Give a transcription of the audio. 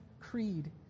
creed